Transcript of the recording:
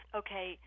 okay